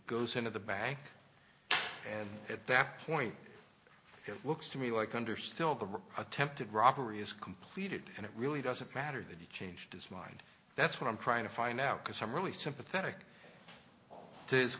goes into the bank and at that point it looks to me like under still the attempted robbery is completed and it really doesn't matter that he changed his mind that's what i'm trying to find out because i'm really sympathetic t